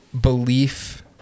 belief